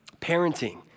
parenting